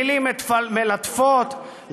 מילים מלטפות,